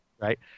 Right